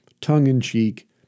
tongue-in-cheek